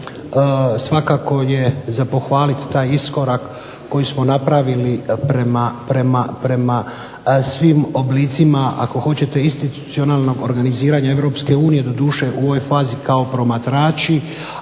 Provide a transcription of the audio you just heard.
svakako je za pohvaliti taj iskorak koji smo napravili prema svim oblicima, ako hoćete institucionalnog organiziranja Europske unije, doduše u ovoj fazi kao promatrači,